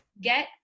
get